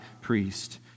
priest